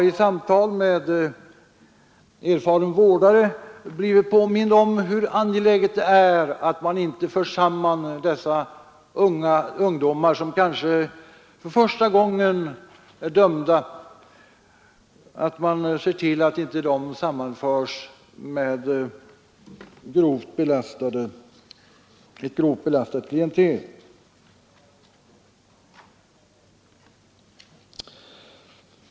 I samtal med en erfaren vårdare har jag blivit påmind om hur angeläget det är att dessa ungdomar, som kanske för första gången är dömda, inte sammanförs med ett grovt belastat klientel.